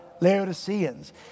Laodiceans